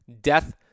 death